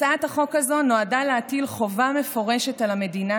הצעת החוק הזאת נועדה להטיל חובה מפורשת על המדינה